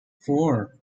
four